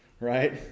right